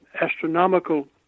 astronomical